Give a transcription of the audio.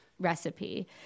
recipe